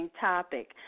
topic